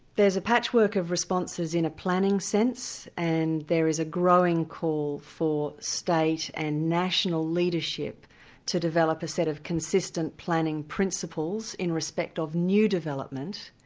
there's a patchwork of responses in a planning sense, and there is a growing call for state and national leadership to develop a set of consistent planning principles in respect of new development.